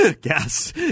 gas